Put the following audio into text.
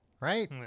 right